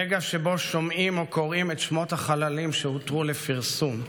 רגע שבו שומעים או קוראים את שמות החללים שהותרו לפרסום,